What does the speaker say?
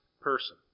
person